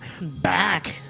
back